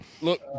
Look